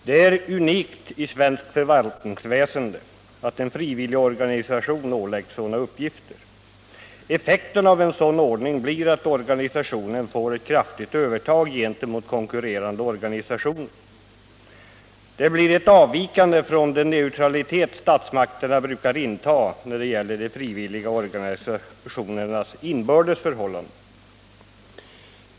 Det är unikt i svenskt förvaltningsväsende att en frivilligorganisation åläggs sådana uppgifter. Effekten av en sådan ordning blir att organisationen får ett kraftigt övertag gentemot konkurrerande organisationer. Det innebär ett avvikande från den neutralitet statsmakterna brukar inta när det gäller frivilligorganisationernas inbördes förhållanden.